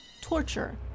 torture